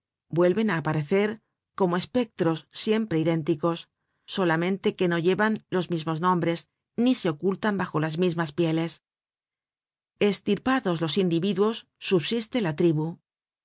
vuelven á aparecer como espectros siempre idénticos solamente que no llevan los mismos nombres ni se ocultan bajo las mismas pieles estirpados los individuos subsiste la tribu